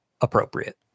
appropriate